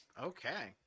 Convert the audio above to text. Okay